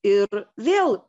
ir vėl